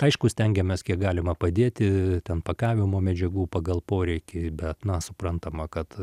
aišku stengiamės kiek galima padėti ten pakavimo medžiagų pagal poreikį bet na suprantama kad